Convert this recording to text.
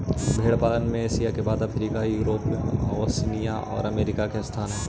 भेंड़ पालन में एशिया के बाद अफ्रीका, यूरोप, ओशिनिया और अमेरिका का स्थान हई